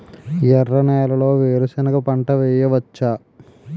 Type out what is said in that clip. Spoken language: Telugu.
ఎర్ర నేలలో వేరుసెనగ పంట వెయ్యవచ్చా?